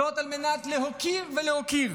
זאת, על מנת להוקיר ולהכיר